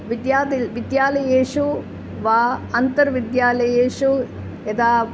विद्यालयेषु विद्यालयेषु वा आन्तर्विद्यालयेषु यदा